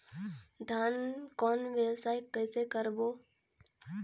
धान कौन व्यवसाय कइसे करबो?